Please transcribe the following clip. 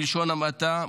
בלשון המעטה,